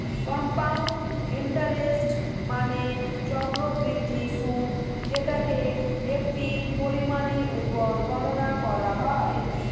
compound interest মানে চক্রবৃদ্ধি সুদ যেটাকে একটি পরিমাণের উপর গণনা করা হয়